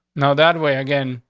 now, that way again.